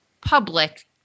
public